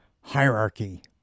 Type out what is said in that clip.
hierarchy